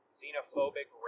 xenophobic